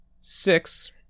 six